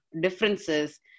differences